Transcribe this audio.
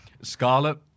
Scarlet